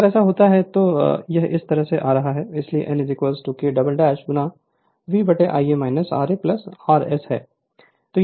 अगर ऐसा होता है तो यह इस तरह से आ रहा है इसलिए n K V Ia ra RS है